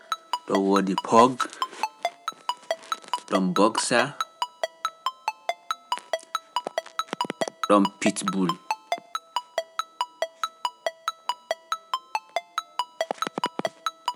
Ɗon woodi pork ɗon boxer ɗon pitbull